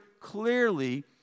clearly